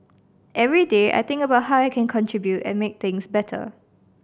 every day I think about how I can contribute and make things better